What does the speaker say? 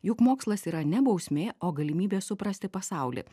juk mokslas yra ne bausmė o galimybė suprasti pasaulį